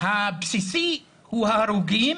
הבסיסי הוא ההרוגים